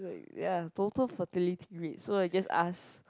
ya total fertility rate so you just ask